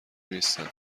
نیستن